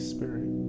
Spirit